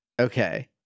Okay